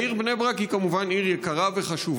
העיר בני ברק היא כמובן עיר יקרה וחשובה,